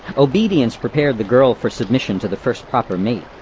obedience prepared the girl for submission to the first proper mate.